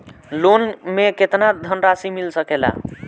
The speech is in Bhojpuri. लोन मे केतना धनराशी मिल सकेला?